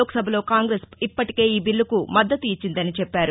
లోక్సభలో కాంగ్రెస్ ఇప్పటికే ఈ బిల్లుకు మద్దతు ఇచ్చిందని చెప్పారు